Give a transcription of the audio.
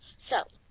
so,